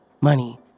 money